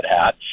Hat